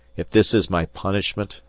if this is my punishment,